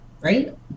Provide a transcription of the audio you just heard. right